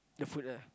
the food lah